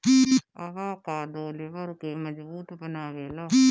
avocado लिबर के मजबूत बनावेला